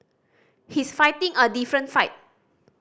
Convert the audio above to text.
he's fighting a different fight